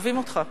אוהבים אותך,